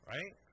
Right